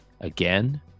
again